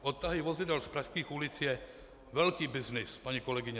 Odtahy vozidel z pražských ulic je velký byznys, paní kolegyně.